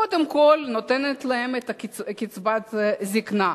קודם כול, היא נותנת להם את קצבת הזיקנה,